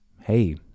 Hey